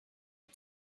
had